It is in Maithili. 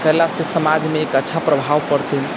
कयलासँ समाजमे एक अच्छा प्रभाव पड़तनि